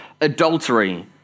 adultery